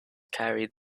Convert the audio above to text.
carried